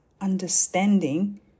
understanding